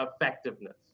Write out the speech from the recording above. effectiveness